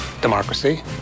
democracy